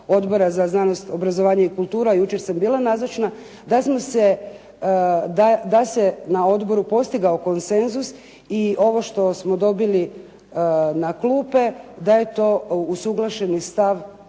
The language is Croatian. Odbora za znanost, obrazovanje i kulturu a jučer sam bila nazočna, da se na odboru postigao konsenzus i ovo što smo dobili na klupe da je to usuglašeni stav